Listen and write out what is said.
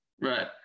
Right